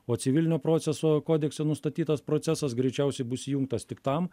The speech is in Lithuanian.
o civilinio proceso kodekse nustatytas procesas greičiausiai bus įjungtas tik tam